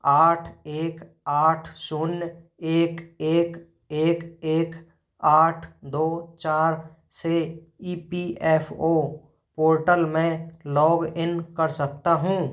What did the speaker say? आठ एक आठ शून्य एक एक एक एक आठ दो चार से E P F O portal में लॉगइन कर सकता हूँ